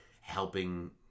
helping